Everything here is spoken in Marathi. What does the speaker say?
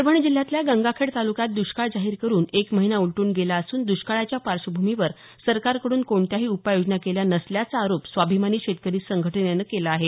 परभणी जिल्ह्यातल्या गंगाखेड तालुक्यात दुष्काळ जाहीर करून एक महिना उलटून गेला असून द्ष्काळाच्या पार्श्वभूमीवर सरकारकडून कोणत्याही उपाययोजना केल्या नसल्याचा आरोप स्वाभिमानी शेतकरी संघटनेनं केला आहे